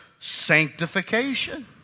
sanctification